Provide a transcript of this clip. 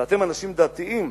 ואתם אנשים דתיים,